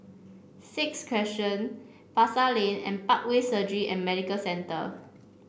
Sixth Crescent Pasar Lane and Parkway Surgery and Medical Centre